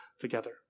together